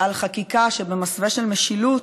לחקיקה שבמסווה של משילות